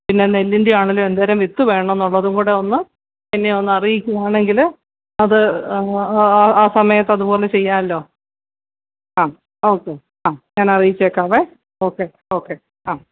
പിന്നെ നെല്ലിൻറ്റെയാണെങ്കിലും എന്തോരം വിത്ത് വേണമെന്നുള്ളതും കൂടെയൊന്ന് എന്നെയൊന്ന് അറിയിക്കുകയാണെങ്കില് അത് ആ സമയത്ത് അതുപോലെ ചെയ്യാമല്ലോ ആ ഓക്കെ ആ ഞാനറിയിച്ചേക്കാം ഓക്കെ ഓക്കെ ആ